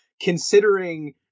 considering